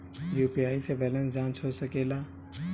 UPI से balance जाँच हो सके ला?